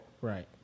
Right